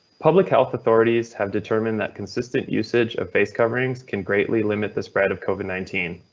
public health authorities have determined that consistent usage of face coverings can greatly limit the spread of covid nineteen.